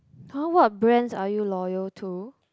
!huh! what brands are you loyal to